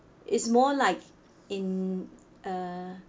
it's more like in uh